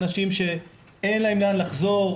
אנשים שאין להם לאן לחזור,